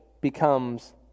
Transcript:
becomes